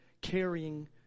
carrying